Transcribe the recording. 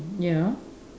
ya